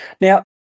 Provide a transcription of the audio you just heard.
Now